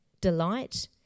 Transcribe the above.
delight